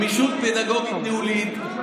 גמישות פדגוגית ניהולית,